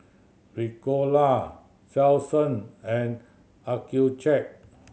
Ricola Selsun and Accucheck